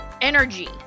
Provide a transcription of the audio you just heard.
energy